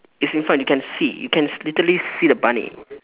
it's in front you can see you can literally see the buy me